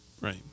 Right